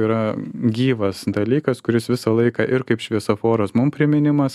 yra gyvas dalykas kuris visą laiką ir kaip šviesoforas mums priminimas